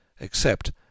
except